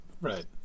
Right